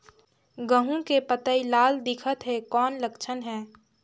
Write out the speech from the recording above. गहूं के पतई लाल दिखत हे कौन लक्षण हे?